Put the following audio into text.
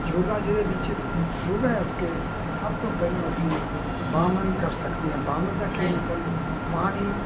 ਯੋਗਾ ਜਿਹਦੇ ਵਿੱਚ ਸੁਬਾਹ ਉੱਠ ਕੇ ਸਭ ਤੋਂ ਪਹਿਲਾਂ ਅਸੀਂ ਬਾਮਨ ਕਰ ਸਕਦੇ ਆਂ ਬਾਮਨ ਦਾ ਕੀ ਮਤਲਬ ਪਾਣੀ